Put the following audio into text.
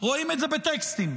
רואים את זה בטקסטים.